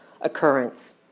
occurrence